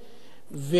וכאשר